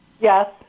Yes